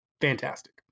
fantastic